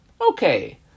Okay